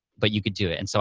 but you could do it. and so,